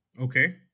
Okay